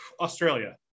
Australia